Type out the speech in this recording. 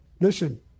Listen